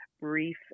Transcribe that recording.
brief